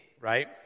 right